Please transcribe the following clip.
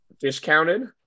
discounted